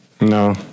No